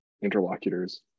interlocutors